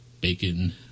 bacon